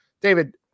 David